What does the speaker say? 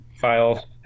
file